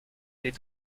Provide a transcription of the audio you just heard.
des